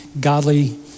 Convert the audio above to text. godly